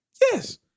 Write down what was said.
Yes